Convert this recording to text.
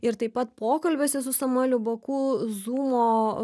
ir taip pat pokalbiuose su samueliu baku zūmo